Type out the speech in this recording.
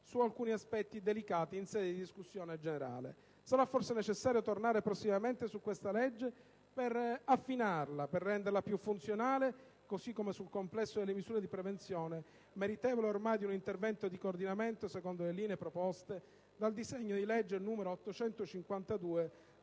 su alcuni aspetti delicati in sede di discussione generale. Sarà forse necessario tornare prossimamente su questa legge per affinarla e renderla più funzionale, così come sul complesso delle misure di prevenzione, meritevole ormai di un intervento di coordinamento secondo le linee proposte dal disegno di legge n. 852,